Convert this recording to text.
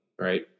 right